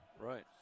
Right